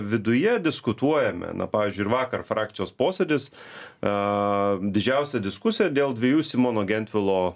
viduje diskutuojame na pavyzdžiui ir vakar frakcijos posėdis a didžiausia diskusija dėl dviejų simono gentvilo